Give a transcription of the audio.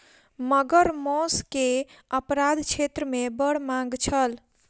मगर मौस के अपराध क्षेत्र मे बड़ मांग छल